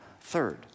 Third